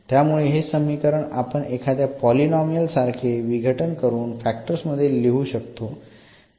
त्यामुळे हे समीकरण आपण एखाद्या पॉलिनॉमियल सारखे विघटन करून फॅक्टर्स मध्ये लिहू शकतो